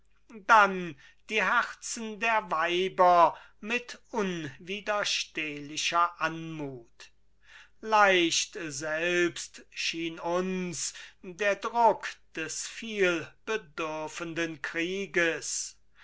dann die herzen der weiber mit unwiderstehlicher anmut leicht selbst schien uns der druck des vielbedürfenden krieges